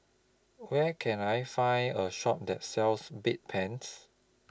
Where Can I Find A Shop that sells Bedpans